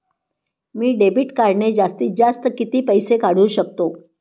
मी debit कार्डने जास्तीत जास्त किती पैसे काढू शकतो?